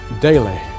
daily